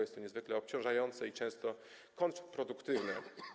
Jest to niezwykle obciążające i często kontrproduktywne.